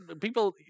people